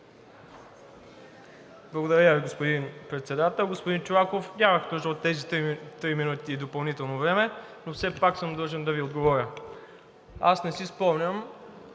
Благодаря, господин Председател. Господин Чолаков, нямах нужда от тези три минути допълнително време, но все пак съм длъжен да Ви отговоря. Аз не си спомням